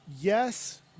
Yes